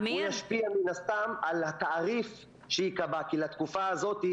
הוא ישפיע מן הסתם על התעריף שייקבע לתקופה הזאת,